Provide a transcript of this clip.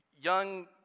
young